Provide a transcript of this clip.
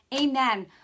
Amen